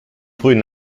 frühen